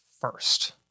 first